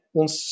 ons